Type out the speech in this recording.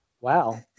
Wow